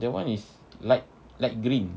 that [one] is light light green